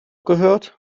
gehört